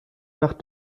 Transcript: nach